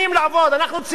אנחנו ציבור עובד,